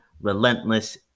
relentless